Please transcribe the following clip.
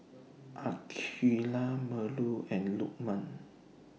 Aqeelah Melur and Lukman